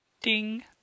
Ding